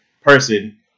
person